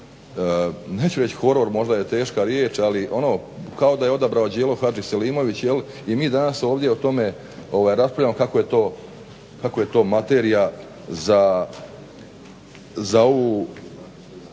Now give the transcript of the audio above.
neću reći horor, možda je teška riječ ali ono kao da je odabrao Đelo Hadžiselimović i mi danas ovdje o tome raspravljamo kako je to materija za ovu